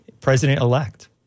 president-elect